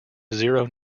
zero